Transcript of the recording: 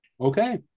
Okay